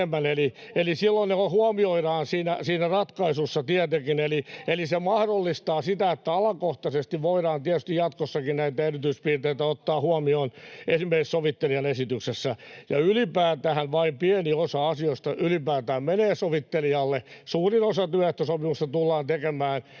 eli silloin nämä huomioidaan siinä ratkaisussa tietenkin. [Niina Malmin välihuuto] Eli se mahdollistaa sitä, että alakohtaisesti voidaan tietysti jatkossakin näitä erityispiirteitä ottaa huomioon esimerkiksi sovittelijan esityksessä. Ja ylipäätäänhän vain pieni osa asioista menee sovittelijalle. Suurin osa työehtosopimuksista tullaan tekemään